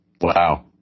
Wow